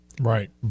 Right